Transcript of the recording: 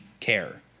care